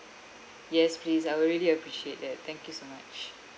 yes please I will really appreciate that thank you so much